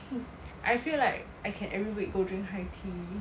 I feel like I can every week go drink high tea